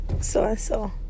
so-and-so